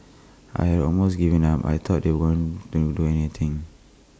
I had almost given up I thought they weren't do to do anything